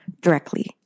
directly